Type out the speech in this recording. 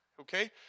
okay